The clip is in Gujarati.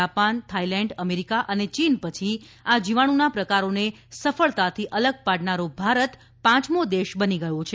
જાપાન થાઇલેન્ડ અમેરિકા અને ચીન પછી આ જીવાણુના પ્રકારોને સફળતાથી અલગ પાડનારો ભારત પાંચમો દેશ બની ગયો છે